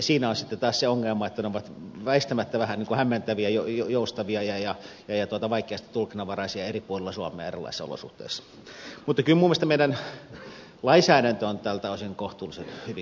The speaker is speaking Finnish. siinä on sitten taas se ongelma että ne kriteerit ovat väistämättä vähän hämmentäviä joustavia ja vaikeasti tulkittavia eri puolilla suomea erilaisissa olosuhteissa mutta kyllä minun mielestäni meidän lainsäädäntömme on tältä osin kohtuullisen hyvin kohdallaan